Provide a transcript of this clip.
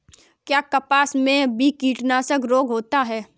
क्या कपास में भी कीटनाशक रोग होता है?